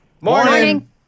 Morning